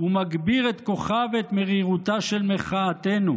ומגביר את כוחה ואת מרירותה של מחאתנו.